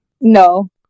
No